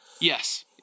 Yes